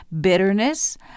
bitterness